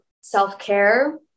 self-care